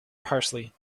parsley